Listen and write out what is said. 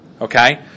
okay